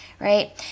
right